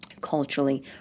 culturally